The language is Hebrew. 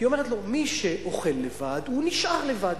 כי, היא אומרת לו: מי שאוכל לבד נשאר לבד.